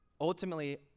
Ultimately